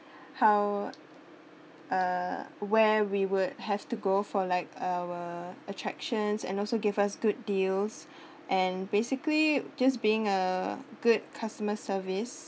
how uh where we would have to go for like our attractions and also give us good deals and basically just being uh good customer service